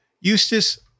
Eustace